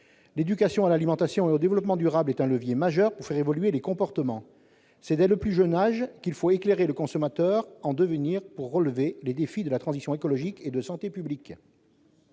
L'éducation à l'alimentation et au développement durable est un levier majeur pour faire évoluer les comportements. C'est dès le plus jeune âge qu'il faut éclairer le consommateur en devenir pour relever les défis de la transition écologique et de la santé publique.